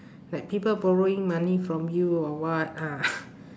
like people borrowing money from you or what ah